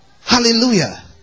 Hallelujah